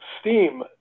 steam